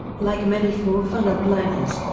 like many four-funnelled liners,